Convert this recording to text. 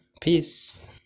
Peace